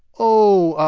oh,